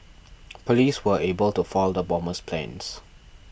police were able to foil the bomber's plans